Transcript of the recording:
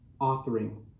authoring